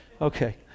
okay